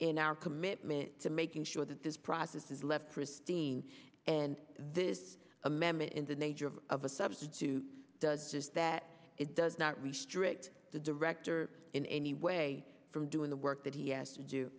in our commitment to making sure that this process is left pristine and this amendment in the nature of of a substitute does just that it does not restrict the director in any way from doing the work that he asked to do